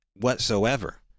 whatsoever